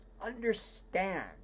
understand